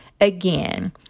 Again